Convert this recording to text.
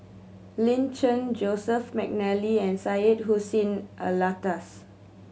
Lin Chen Joseph McNally and Syed Hussein Alatas